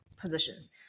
positions